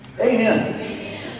Amen